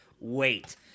wait